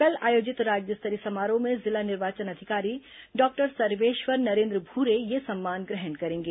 कल आयोजित राज्य स्तरीय समारोह में जिला निर्वाचन अधिकारी डॉक्टर सर्वेश्वर नरेन्द्र भूरे यह सम्मान ग्रहण करेंगे